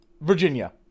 Virginia